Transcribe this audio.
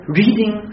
reading